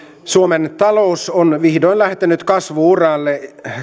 suomen talous on vihdoin lähtenyt kasvu uralle